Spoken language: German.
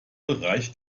reicht